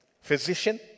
Physician